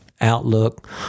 outlook